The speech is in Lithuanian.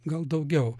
gal daugiau